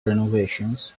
renovations